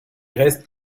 restes